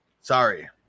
Sorry